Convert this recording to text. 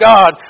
God